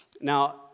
Now